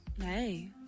Hey